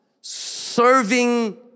serving